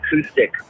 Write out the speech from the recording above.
acoustic